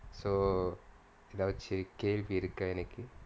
so ஏதாச்சும் கேள்வி இருக்கா எனக்கு:ethaachum kelvi irukkaa enakku